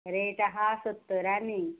rate आहा सत्तरांनी